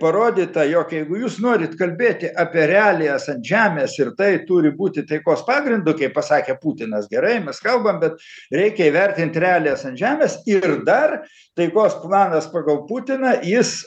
parodyta jog jeigu jūs norit kalbėti apie realijas ant žemės ir tai turi būti taikos pagrindu kaip pasakė putinas gerai mes kalbam bet reikia įvertint realijas ant žemės ir dar taikos planas pagal putiną jis